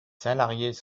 salariés